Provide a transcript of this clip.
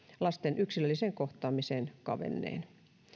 lasten yksilölliseen kohtaamiseen kavenneen